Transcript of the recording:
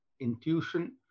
intuition